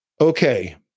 Okay